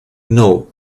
know